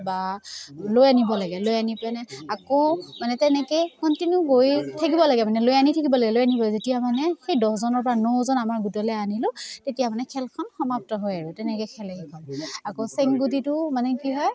বা লৈ আনিব লাগে লৈ আনি পেনে আকৌ মানে তেনেকৈ কণ্টিনিউ গৈ থাকিব লাগে মানে লৈ আনি থাকিব লাগে লৈ আনিব যেতিয়া মানে সেই দহজনৰপৰা নজন আমাৰ গোটলৈ আনিলোঁ তেতিয়া মানে খেলখন সমাপ্ত হয় আৰু তেনেকৈ খেলে সেইখন আকৌ চেংগুটিটোও মানে কি হয়